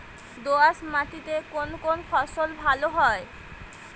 দোঁয়াশ মাটিতে কোন কোন ফসল ভালো হয়?